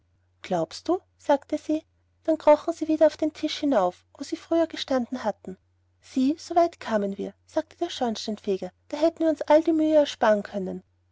glaubst du sagte sie und dann krochen sie wieder auf den tisch hinauf wo sie früher gestanden hatten sieh so weit kamen wir sagte der schornsteinfeger da hätten wir uns alle die mühe ersparen können